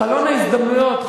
חלון ההזדמנויות,